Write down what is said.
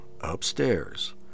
upstairs